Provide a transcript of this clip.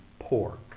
pork